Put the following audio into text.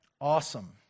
Awesome